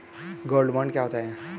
Gold bond क्या होता है?